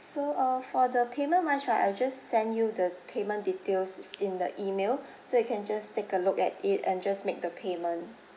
so uh for the payment wise right I just send you the payment details in the email so you can just take a look at it and just make the payment